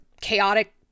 chaotic